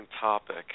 topic